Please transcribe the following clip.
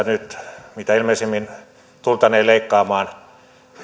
nyt mitä ilmeisimmin tultaneen leikkaamaan